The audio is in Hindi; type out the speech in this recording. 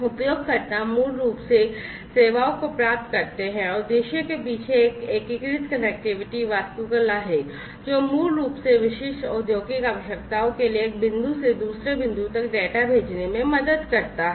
उपयोगकर्ता मूल रूप से सेवाओं को प्राप्त करते हैं और दृश्य के पीछे एक एकीकृत कनेक्टिविटी architecture है जो मूल रूप से विशिष्ट औद्योगिक आवश्यकताओं के लिए एक बिंदु से दूसरे बिंदु तक डेटा भेजने में मदद करता है